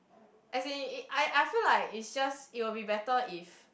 as in I I feel like it just it would be better if